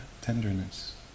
tenderness